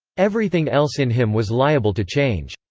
everything else in him was liable to change.